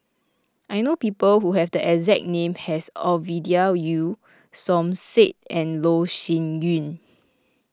I know people who have the exact name as Ovidia Yu Som Said and Loh Sin Yun